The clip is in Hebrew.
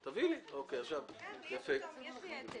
ירושלים תישאר עם כל הערכים שלה,